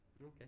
Okay